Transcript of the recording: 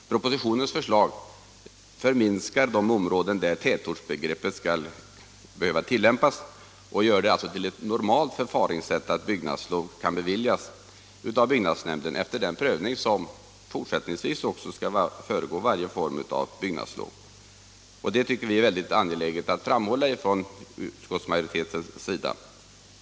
Propositionens förslag förminskar de områden där tätortsbegreppet skall behövas tillämpas och gör det till ett normalt förfaringssätt att byggnadslov kan beviljas av byggnadsnämnden efter den prövning som också fortsättningsvis skall föregå varje form av bygg nadslov. Detta tycker vi från utskottsmajoritetens sida är väldigt angeläget att framhålla.